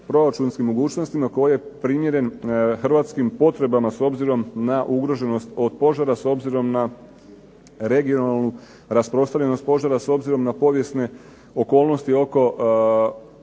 proračunskim mogućnostima, koji je primjeren Hrvatskim potrebama s obzirom na ugroženost od požara, s obzirom na regionalnu rasprostranjenost požara, s obzirom na povijesne okolnosti oko